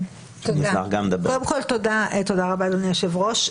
קודם כל תודה רבה לאדוני היושב-ראש.